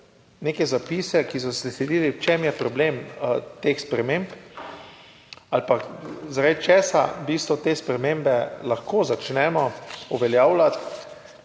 neke zapise, ki so se selili, v čem je problem teh sprememb ali pa zaradi česa v bistvu te spremembe lahko začnemo uveljavljati.